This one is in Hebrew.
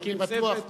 והקים צוות,